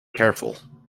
careful